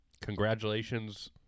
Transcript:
congratulations